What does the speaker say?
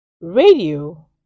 radio